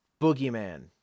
boogeyman